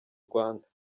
rwanda